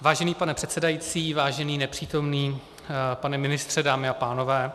Vážený pane předsedající, vážený nepřítomný pane ministře, dámy a pánové.